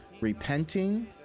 repenting